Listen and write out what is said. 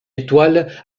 étoile